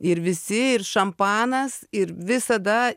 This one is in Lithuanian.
ir visi ir šampanas ir visada